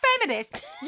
feminists